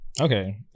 Okay